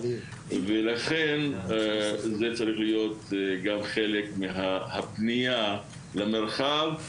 ולכן זה גם צריך להיות חלק מהפנייה למרחב,